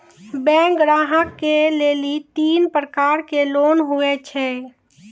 Bank ग्राहक के लेली तीन प्रकर के लोन हुए छै?